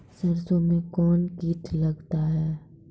सरसों मे कौन कीट लगता हैं?